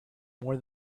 more